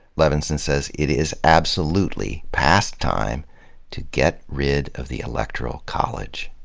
levinson says it is absolutely past time to get rid of the electoral college.